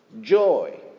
joy